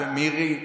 ומירי רגב,